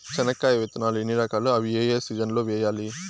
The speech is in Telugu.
చెనక్కాయ విత్తనాలు ఎన్ని రకాలు? అవి ఏ ఏ సీజన్లలో వేయాలి?